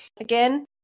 again